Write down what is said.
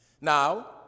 Now